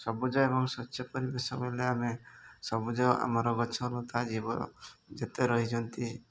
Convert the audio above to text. ସବୁଜ ଏବଂ ସ୍ୱଚ୍ଛ ପରିବେଶ କହିଲେ ଆମେ ସବୁଜ ଆମର ଗଛଲତା ଜୀବ ଯେତେ ରହିଛନ୍ତି